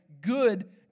good